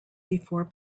before